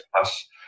plus